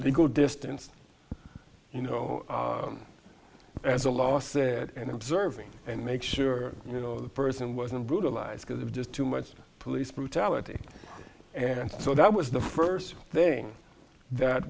go distance you know as a law said and observing and make sure you know the person wasn't brutalized because of just too much police brutality and so that was the first thing that